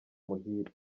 muhire